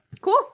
Cool